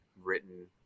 written